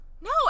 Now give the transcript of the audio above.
No